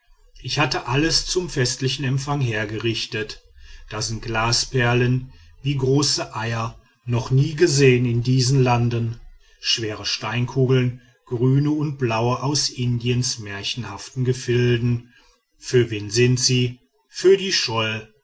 ich hatte alles zum festlichen empfang hergerichtet da sind glasperlen wie große eier noch nie gesehen in diesen landen schwere steinkugeln grüne und blaue aus indiens märchenhaften gefilden für wen sind sie für die schol